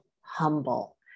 humble